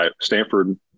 Stanford